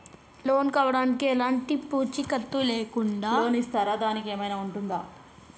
Loan కావడానికి ఎలాంటి పూచీకత్తు లేకుండా లోన్ ఇస్తారా దానికి ఏమైనా ఉంటుందా?